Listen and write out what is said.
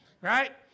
right